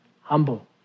Humble